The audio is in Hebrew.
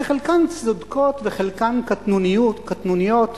שחלקן צודקות וחלקן קטנוניות,